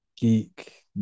geek